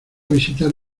visitar